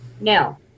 Now